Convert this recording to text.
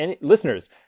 listeners